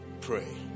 Pray